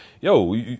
yo